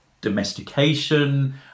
domestication